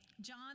John